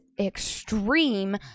extreme